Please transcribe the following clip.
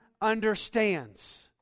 understands